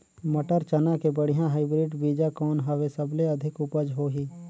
मटर, चना के बढ़िया हाईब्रिड बीजा कौन हवय? सबले अधिक उपज होही?